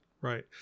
Right